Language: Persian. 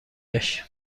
گشت